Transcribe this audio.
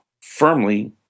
firmly